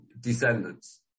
descendants